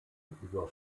über